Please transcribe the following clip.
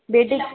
बेटी